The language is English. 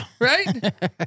Right